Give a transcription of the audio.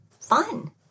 fun